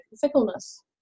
fickleness